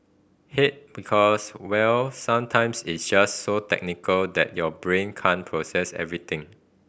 hate because well sometimes it's just so technical that your brain can't process everything